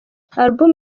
album